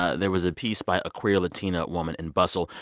ah there was a piece by a queer latina woman in bustle.